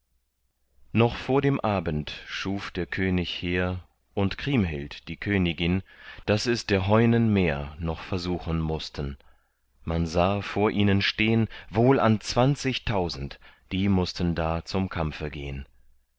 noch vor dem abend schuf der könig hehr und kriemhild die königin daß es der heunen mehr noch versuchen mußten man sah vor ihnen stehn wohl an zwanzigtausend die mußten da zum kampfe gehn